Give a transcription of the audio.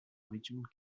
richmond